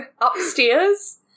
upstairs